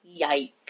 yikes